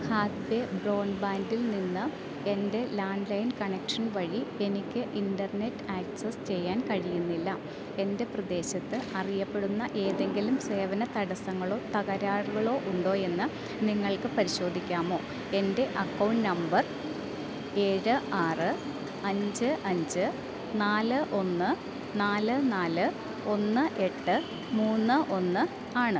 ഹാത്വേ ബ്രോഡ്ബാൻഡിൽ നിന്ന് എൻ്റെ ലാൻഡ്ലൈൻ കണക്ഷൻ വഴി എനിക്ക് ഇന്റർനെറ്റ് ആക്സസ് ചെയ്യാൻ കഴിയുന്നില്ല എൻ്റെ പ്രദേശത്ത് അറിയപ്പെടുന്ന ഏതെങ്കിലും സേവന തടസങ്ങളോ തകരാറുകളോ ഉണ്ടോയെന്ന് നിങ്ങൾക്ക് പരിശോധിക്കാമോ എൻ്റെ അക്കൗണ്ട് നമ്പർ ഏഴ് ആറ് അഞ്ച് അഞ്ച് നാല് ഒന്ന് നാല് നാല് ഒന്ന് എട്ട് മൂന്ന് ഒന്ന് ആണ്